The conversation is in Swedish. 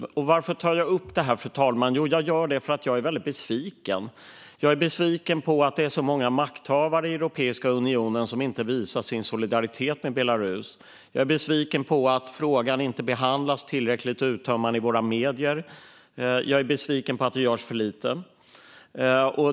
Varför tar jag upp det här, fru talman? Jo, jag gör det därför att jag är väldigt besviken. Jag är besviken på att det är så många makthavare i Europeiska unionen som inte visar sin solidaritet med Belarus. Jag är besviken på att frågan inte behandlas tillräckligt uttömmande i våra medier. Jag är besviken på att det görs för lite.